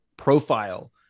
profile